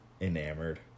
enamored